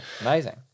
amazing